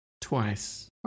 twice